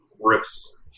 rips